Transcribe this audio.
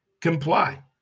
Comply